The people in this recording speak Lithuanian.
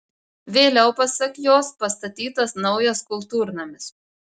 vėliau pasak jos pastatytas naujas kultūrnamis